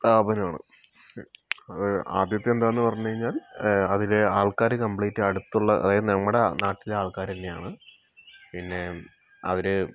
സ്ഥാപനമാണ് ആദ്യത്തെ എന്താണെന്ന് പറഞ്ഞു കഴിഞ്ഞാൽ അതിലെ ആൾക്കാര് കംപ്ലീറ്റ് അടുത്തുള്ള അതായത് നമ്മുടെ നാട്ടിലെ ആൾക്കാര് തന്നെയാണ് പിന്നെ അവര്